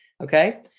okay